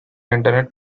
internet